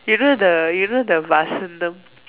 you know the you know the Vasantham